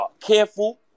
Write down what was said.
careful